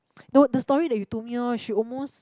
no the story that you told me orh she almost